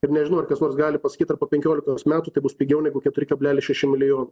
ir nežinau ar kas nors gali pasakyt ar po penkiolikos metų tai bus pigiau negu keturi kablelis šeši milijono